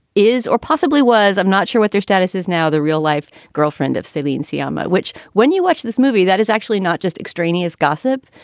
is or possibly was. i'm not sure what their status is now. the real life girlfriend of celine syama, which when you watch this movie, that is actually not just extraneous gossip,